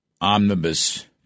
omnibus